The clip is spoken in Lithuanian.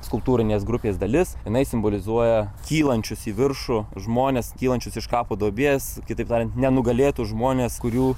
skulptūrinės grupės dalis jinai simbolizuoja kylančius į viršų žmones kylančius iš kapo duobės kitaip tariant nenugalėtus žmones kurių